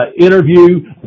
interview